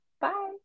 Bye